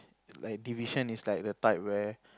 like division is like the type where